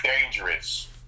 dangerous